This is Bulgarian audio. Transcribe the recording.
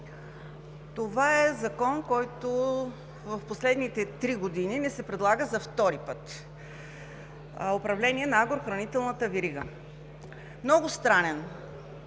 Това е закон, който в последните три години ни се предлага за втори път – Управление на агрохранителната верига. Много странен